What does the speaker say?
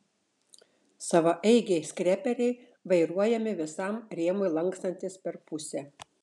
savaeigiai skreperiai vairuojami visam rėmui lankstantis per pusę